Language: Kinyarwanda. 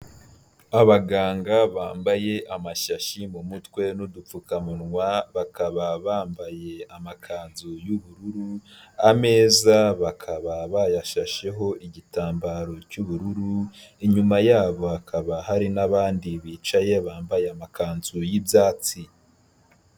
Abaganga bambaye amashashi mu mutwe n'udupfukamunwa; bakaba bambaye amakanzu y'ubururu; ameza bakaba bayashasheho igitambaro cy'ubururu; inyuma yabo hakaba hari n'abandi bicaye bambaye amakanzu y'ibyatsi.